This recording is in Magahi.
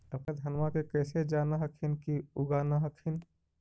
अपने धनमा के कैसे जान हखिन की उगा न हखिन?